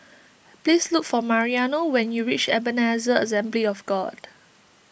please look for Mariano when you reach Ebenezer Assembly of God